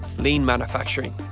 lean manufacturing.